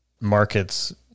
markets